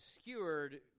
skewered